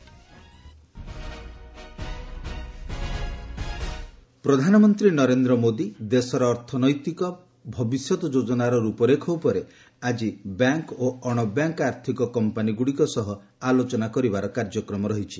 PM banks NBFC ପ୍ରଧାନମନ୍ତ୍ରୀ ନରେନ୍ଦ୍ର ମୋଦି ଦେଶର ଅର୍ଥନୈତିକ ଭବିଷ୍ୟତ ଯୋଜନାର ରୂପରେଖ ଉପରେ ଆଜି ବ୍ୟାଙ୍କ୍ ଓ ଅଣବ୍ୟାଙ୍କ ଆର୍ଥକ କମ୍ପାନୀଗୁଡ଼ିକ ସହ ଆଲୋଚନା କରିବାର କାର୍ଯ୍ୟକ୍ରମ ରହିଛି